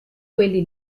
quelli